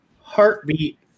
heartbeat